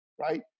right